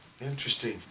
Interesting